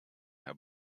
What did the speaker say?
herr